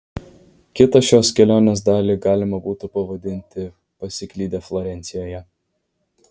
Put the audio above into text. kitą šios kelionės dalį galima būtų pavadinti pasiklydę florencijoje